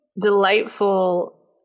delightful